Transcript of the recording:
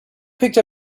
picked